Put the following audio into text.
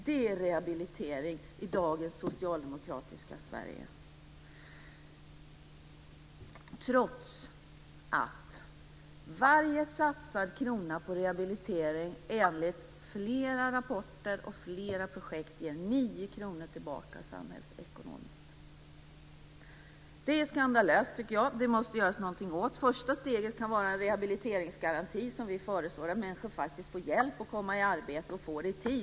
Det är rehabilitering i dagens socialdemokratiska Sverige - trots att varje satsad krona på rehabilitering enligt flera rapporter och flera projekt ger 9 kr tillbaka samhällsekonomiskt. Det är skandalöst! Någonting måste göras. Vi föreslår att första steget kan vara en rehabiliteringsgaranti så att människor faktiskt får hjälp att komma i arbete.